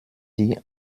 die